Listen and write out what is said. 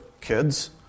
kids